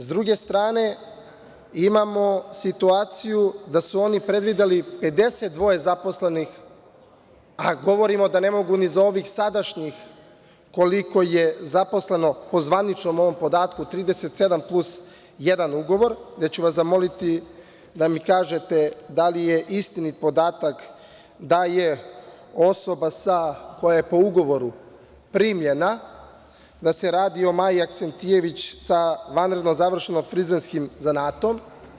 S druge strane, imamo situaciju da su oni predvideli 52 zaposlenih, a govorimo da ne mogu ni za ovih sadašnjih koliko je zaposleno po zvaničnom ovom podatku 37 plus jedan ugovor, gde ću vas zamoliti da mi kažete da li je istinit podatak da je osoba koja je po ugovoru primljena, da se radi o Maji Aksentijević za vanredno završenim frizerskim zanatom?